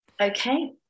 okay